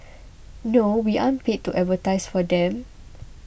no we aren't paid to advertise for them